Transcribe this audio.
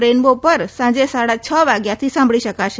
rainbow પર સાંજે સાડા છ વાગ્યાથી સાંભળી શકાશે